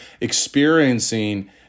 experiencing